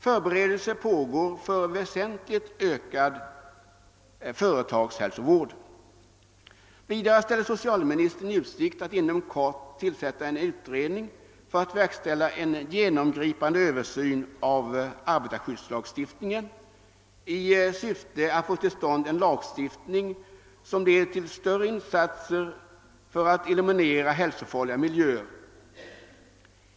Förberedelser pågår också för väsentligt ökad företagshälsovård. Vidare ställer socialministern i utsikt att inom kort tillsätta en utredning för att verkställa en genomgripande översyn av arbetarskyddslagstiftningen i syfte att få till stånd en lagstiftning som leder till större insatser för att eliminera hälsofarliga miljöer.